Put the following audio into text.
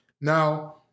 Now